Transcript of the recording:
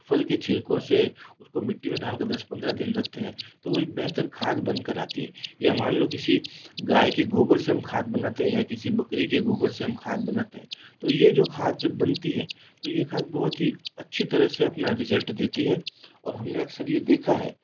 फल के छिलकों से उसको मिट्टी में डाल कर दस पंद्रह दिन रखते हैं तो वह बेहतर खाद बन कर आती है या मन को किसी गाय के गोबर से हम खाद बनाते हैं या किसी बकरी के गोबर से हम खाद बनाते हैं तो ये जो खास जब बनती है तो ये खाद बनती है अच्छी तहर से अपना रिज़ल्ट देती है और हमने अक्सर यह देखा है